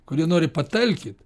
kurie nori patalkyt